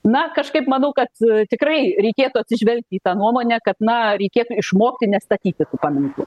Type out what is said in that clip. na kažkaip manau kad tikrai reikėtų atsižvelgti į tą nuomonę kad na reikėtų išmokti nestatyti paminklų